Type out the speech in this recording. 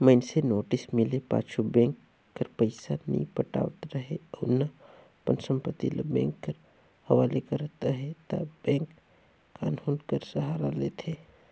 मइनसे नोटिस मिले पाछू बेंक कर पइसा नी पटावत रहें अउ ना अपन संपत्ति ल बेंक कर हवाले करत अहे ता बेंक कान्हून कर सहारा लेथे